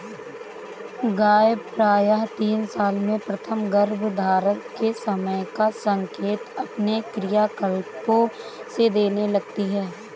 गाय प्रायः तीन साल में प्रथम गर्भधारण के समय का संकेत अपने क्रियाकलापों से देने लगती हैं